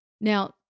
Now